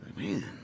Man